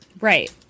Right